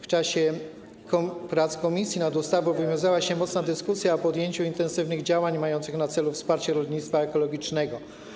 W czasie prac komisji nad ustawą wywiązała się mocna dyskusja o podjęciu intensywnych działań mających na celu wsparcie rolnictwa ekologicznego.